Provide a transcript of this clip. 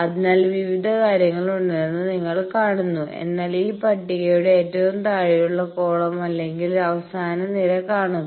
അതിനാൽ വിവിധ കാര്യങ്ങൾ ഉണ്ടെന്ന് നിങ്ങൾ കാണുന്നു എന്നാൽ ഈ പട്ടികയുടെ ഏറ്റവും താഴെയുള്ള കോളം അല്ലെങ്കിൽ അവസാന നിര കാണുക